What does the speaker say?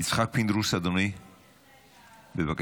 יצחק פינדרוס, אדוני, בבקשה.